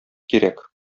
кирәк